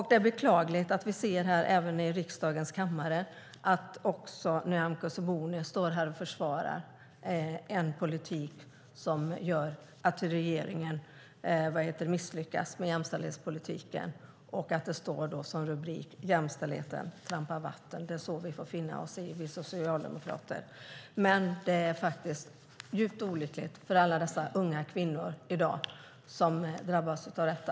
Det är beklagligt att även Nyamko Sabuni står här i riksdagens kammare och försvarar en politik som gör att regeringen misslyckas med jämställdhetspolitiken och att det finns en rubrik som "Jämställdheten trampar vatten". Det får vi socialdemokrater finna oss i. Men det är djupt olyckligt för alla de unga kvinnor som i dag drabbas av detta.